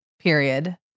period